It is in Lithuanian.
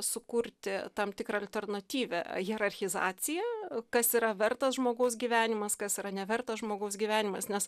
sukurti tam tikrą alternatyvią hierarchizaciją kas yra vertas žmogaus gyvenimas kas yra nevertas žmogaus gyvenimas nes